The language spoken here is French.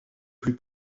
plus